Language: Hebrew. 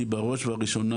אני בראש ובראשונה,